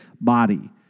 body